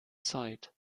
sight